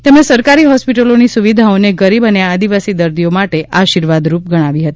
તેમણે સરકારી હોસ્પિટલોની સુવિધાઓને ગરીબ અને આદિવાસી દર્દીઓ માટે આશીર્વાદરૂપ ગણાવી હતી